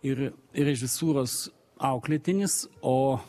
ir režisūros auklėtinis o